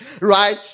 right